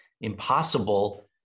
impossible